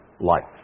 life